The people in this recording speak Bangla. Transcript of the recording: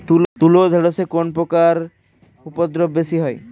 তুলো ও ঢেঁড়সে কোন পোকার উপদ্রব বেশি হয়?